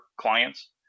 clients